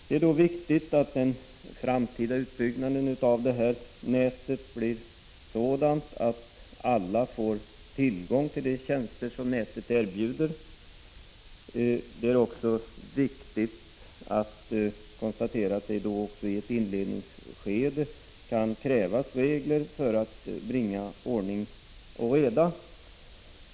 Det är då viktigt att den framtida utbyggnaden av nätet blir sådan att alla får tillgång till de tjänster som nätet erbjuder. Det är också viktigt att konstatera att det i ett inledningsskede kan krävas regler för att bringa ordning och reda.